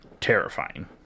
terrifying